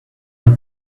the